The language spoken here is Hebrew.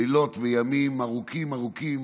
לילות וימים ארוכים ארוכים.